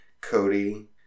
Cody